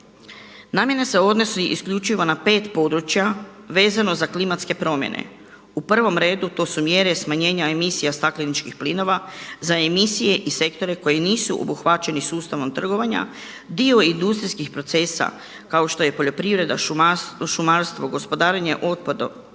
Namjena se odnosi isključivo na pet područja vezano za klimatske promjene. U prvom redu, to su mjere smanjenja emisija stakleničkih plinova, za emisije i sektore koje nisu obuhvaćeni sustavom trgovanja, dio industrijskih procesa kao što je poljoprivreda, šumarstvo, gospodarenje otpadom,